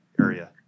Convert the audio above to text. area